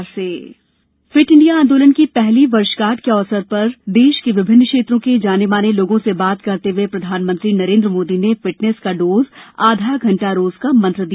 fit India fit India आंदोलन की पहली वर्षगांठ के अवसर पर देश के विभिन्न क्षेत्रों के जाने माने लोगों से बात करते हुए प्रधानमंत्री नरेंद्र मोदी ने फिटनेस का डोज आधा घण्टा रोज का मंत्र दिया